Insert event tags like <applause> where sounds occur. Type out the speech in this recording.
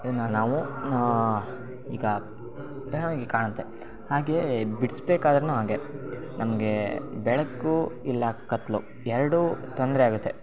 ಇದನ್ನ ನಾವು ಈಗ <unintelligible> ಕಾಣುತ್ತೆ ಹಾಗೇ ಬಿಡ್ಸ್ಬೇಕಾದ್ರು ಹಾಗೇ ನಮಗೆ ಬೆಳಕು ಇಲ್ಲ ಕತ್ತಲು ಎರಡೂ ತೊಂದರೆ ಆಗುತ್ತೆ